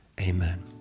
amen